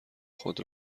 خود